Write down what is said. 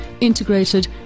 integrated